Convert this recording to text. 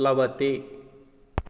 प्लवते